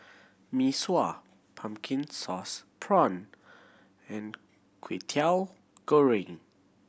Mee Sua pumpkin sauce prawn and Kwetiau Goreng